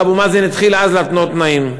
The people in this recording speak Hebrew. ואבו מאזן התחיל אז להתנות תנאים.